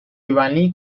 güvenliği